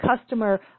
customer